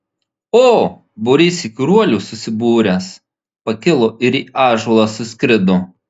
o būrys įkyruolių susibūręs pakilo ir į ąžuolą suskrido